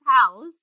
house